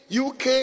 UK